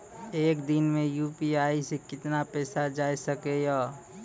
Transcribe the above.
एक दिन मे यु.पी.आई से कितना पैसा जाय सके या?